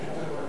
לטפל בהם,